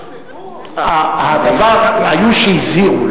היו שהזהירו.